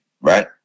right